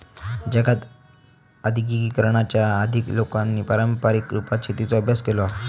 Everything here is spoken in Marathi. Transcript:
जगात आद्यिगिकीकरणाच्या आधीच्या लोकांनी पारंपारीक रुपात शेतीचो अभ्यास केलो हा